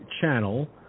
channel